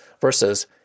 versus